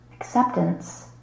Acceptance